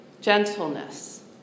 gentleness